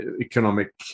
economic